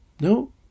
No